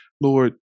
Lord